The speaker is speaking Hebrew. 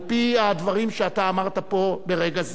על-פי הדברים שאמרת ברגע זה,